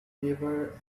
never